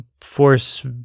force